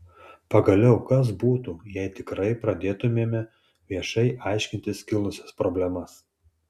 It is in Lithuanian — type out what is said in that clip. pagaliau kas būtų jei tikrai pradėtumėme viešai aiškintis kilusias problemas